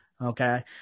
Okay